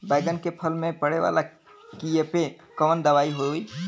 बैगन के फल में पड़े वाला कियेपे कवन दवाई होई?